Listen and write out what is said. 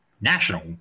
National